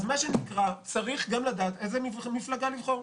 אז מה שנקרא, צריך גם לדעת איזו מפלגה לבחור.